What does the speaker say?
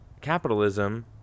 capitalism